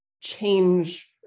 change